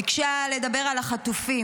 היא ביקשה לדבר על החטופים,